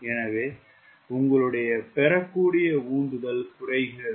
எனவே உங்களுடைய பெறக்கூடிய உந்துதல் குறைகிறது